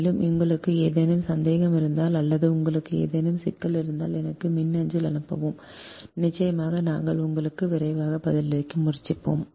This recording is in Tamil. மேலும் உங்களுக்கு ஏதேனும் சந்தேகம் இருந்தால் அல்லது உங்களுக்கு ஏதேனும் சிக்கல் இருந்தால் எனக்கு மின்னஞ்சல் அனுப்பவும் நிச்சயமாக நாங்கள் உங்களுக்கு விரைவாக பதிலளிக்க முயற்சிப்போம்